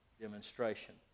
demonstration